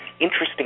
interesting